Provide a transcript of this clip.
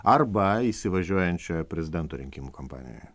arba įsivažiuojančioje prezidento rinkimų kampanijoje